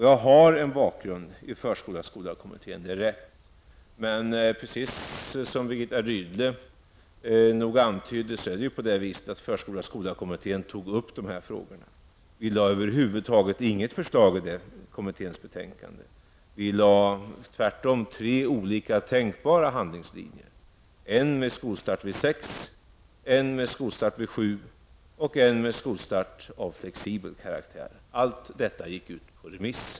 Jag har en bakgrund i förskola--skola-kommittén. Det är riktigt. Förskola--skola-kommittén tog upp dessa frågor, precis som Birgitta Rydle antydde. Vi lade över huvud taget inte fram något förslag i den kommitténs betänkande. I stället lade vi fram tre olika tänkbara handlingslinjer: skolstart vid sex års ålder, skolstart vid sju års ålder och skolstart av flexibel karaktär. Allt detta gick ut på remiss.